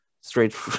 straight